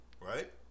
right